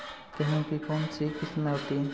गेहूँ की कौन कौनसी किस्में होती है?